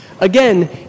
Again